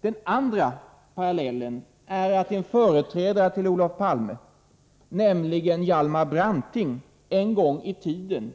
Det var den ena parallellen. Den andra parallellen är att en företrädare till Olof Palme, nämligen Hjalmar Branting, en gång i tiden